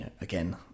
again